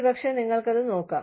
ഒരുപക്ഷേ നിങ്ങൾക്കത് നോക്കാം